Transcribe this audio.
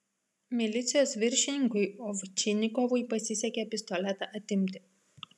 milicijos viršininkui ovčinikovui pasisekė pistoletą atimti